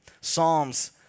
Psalms